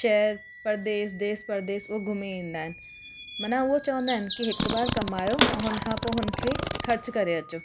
शहर परदेस देस परदेस उहो घुमी ईंदा आहिनि माना उहो चवंदा आहिनि की हिक बार कमायो ऐं हुनखां पोइ हुनखे ख़र्च करे अचो